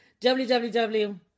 www